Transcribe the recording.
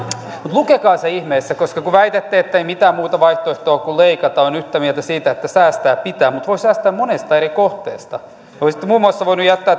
lukekaa se ihmeessä koska väitätte ettei mitään muuta vaihtoehtoa ole kuin leikata olen yhtä mieltä siitä että säästää pitää mutta voi säästää monesta eri kohteesta olisitte muun muassa voineet jättää